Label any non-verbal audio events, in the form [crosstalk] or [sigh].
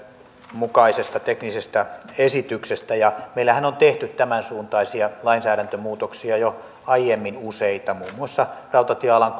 mukaisesta teknisestä esityksestä meillähän on tehty tämänsuuntaisia lainsäädäntömuutoksia jo aiemmin useita muun muassa rautatiealan [unintelligible]